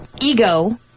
ego